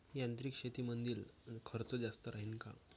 यांत्रिक शेतीमंदील खर्च जास्त राहीन का?